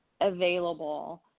available